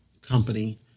company